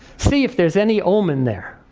see if there's any omen there.